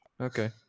Okay